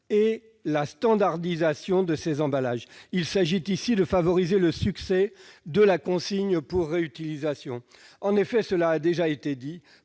et la standardisation de ces emballages. Il s'agit ici de favoriser le succès de la consigne pour réutilisation. En effet, comme cela a déjà été dit,